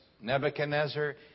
Nebuchadnezzar